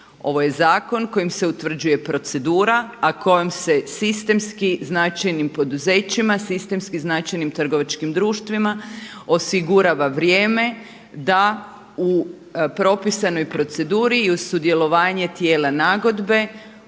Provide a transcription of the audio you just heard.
Ovo je zakon kojim se utvrđuje procedura, a kojom se sistemskim značajnim poduzećima, sistemski značajnim trgovačkim društvima osigurava vrijeme da u propisanoj proceduri i uz sudjelovanje tijela nagodbe